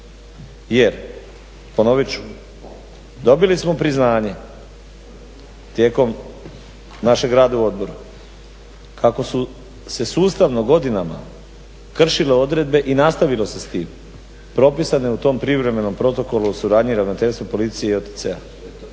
jer ponovit ću dobili smo priznanje tijekom našeg rada u odboru kako su se sustavno godinama kršile odredbe i nastavilo se s tim, propisane u tom privremenom protokolu od suradnje ravnateljstva policije i OTC-a,